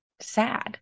sad